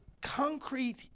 concrete